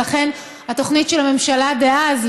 ולכן התוכנית של הממשלה דאז,